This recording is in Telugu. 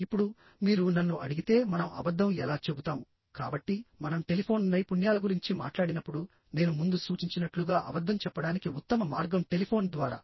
ఇప్పుడు మీరు నన్ను అడిగితేమనం అబద్ధం ఎలా చెబుతాముకాబట్టి మనం టెలిఫోన్ నైపుణ్యాల గురించి మాట్లాడినప్పుడు నేను ముందు సూచించినట్లుగా అబద్ధం చెప్పడానికి ఉత్తమ మార్గం టెలిఫోన్ ద్వారా